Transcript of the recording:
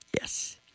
Yes